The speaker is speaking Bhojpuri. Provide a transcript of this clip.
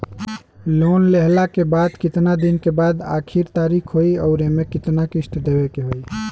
लोन लेहला के कितना दिन के बाद आखिर तारीख होई अउर एमे कितना किस्त देवे के होई?